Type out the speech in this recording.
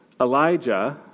Elijah